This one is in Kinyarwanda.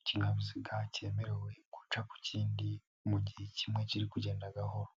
ikinyabiziga cyemerewe guca ku kindi mu gihe kimwe kiri kugenda gahoro.